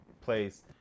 place